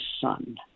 son